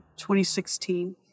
2016